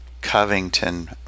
Covington